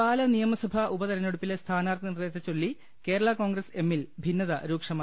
പാലാ നിയമസഭാ ഉപതിരഞ്ഞെടുപ്പില്ലെ സ്ഥാനാർത്ഥി നിർണ്ണ യത്തെച്ചൊല്ലി കേരളാ കോൺഗ്രസ് എമ്മിൽ ഭിന്നത രൂക്ഷമായി